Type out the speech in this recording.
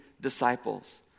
disciples